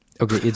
okay